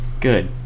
Good